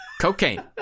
cocaine